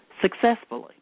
successfully